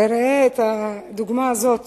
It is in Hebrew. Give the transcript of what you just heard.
ראה את הדוגמה הזאת